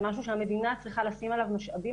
זה משהו שהמדינה צריכה לשים עליו משאבים